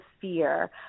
fear